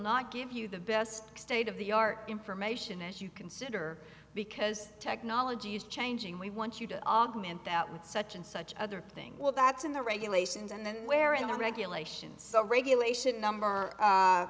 not give you the best state of the art information as you consider because technology is changing we want you to augment that with such and such other things will that's in the regulations and where in the regulations the regulation number